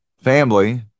family